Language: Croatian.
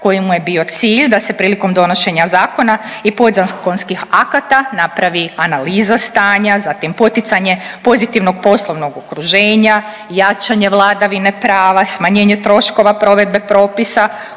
koji mu je bio cilj da se prilikom donošenja zakona i podzakonskih akata napravi analiza stanja, zatim poticanje pozitivnog poslovnog okruženja, jačanje vladavine prava, smanjenje troškova provedbe propisa